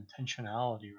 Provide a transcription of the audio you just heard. intentionality